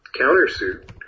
countersuit